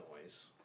noise